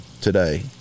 today